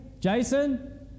Jason